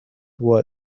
what